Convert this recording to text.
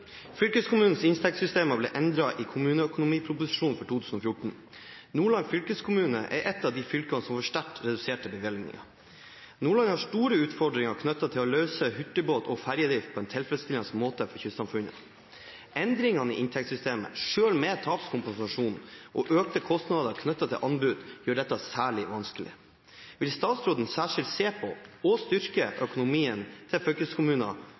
ble endret i kommuneproposisjonen for 2014. Nordland fylkeskommune er et av fylkene som får sterkt reduserte bevilgninger. Nordland har store utfordringer knyttet til å løse hurtigbåt- og ferjedrift på en tilfredsstillende måte for kystsamfunnene. Endringer i inntektssystemet, selv med tapskompensasjon og økte kostnader knyttet til anbud, gjør dette særlig vanskelig. Vil statsråden særskilt se på, og styrke, økonomien til fylkeskommuner